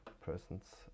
persons